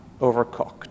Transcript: overcooked